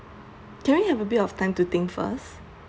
can I have a bit of time to think first